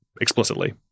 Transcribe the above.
explicitly